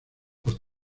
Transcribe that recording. los